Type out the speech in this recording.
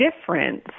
difference